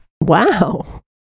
Wow